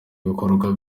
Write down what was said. ibikorwa